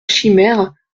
chimère